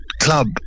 club